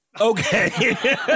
Okay